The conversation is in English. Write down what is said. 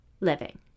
living